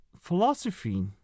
philosophy